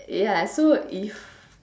ya so if